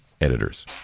editors